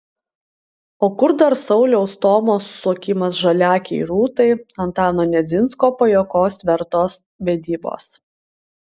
o kur dar sauliaus stomos suokimas žaliaakei rūtai antano nedzinsko pajuokos vertos vedybos